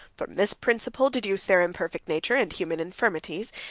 from this principle deduce their imperfect nature, and human infirmities,